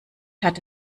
hatte